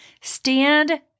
Stand